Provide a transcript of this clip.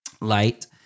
light